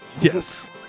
Yes